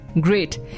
Great